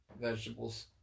vegetables